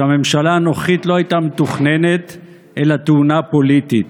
יורק שהממשלה הנוכחית לא הייתה מתוכננת אלא תאונה פוליטית.